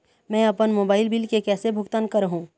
मैं अपन mobile bill के कैसे भुगतान कर हूं?